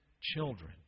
children